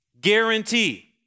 Guarantee